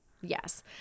Yes